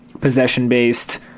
possession-based